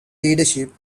leadership